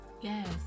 Yes